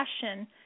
passion